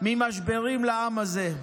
ממשברים לעם הזה.